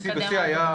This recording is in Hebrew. בשיא בשיא היה